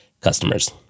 customers